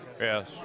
yes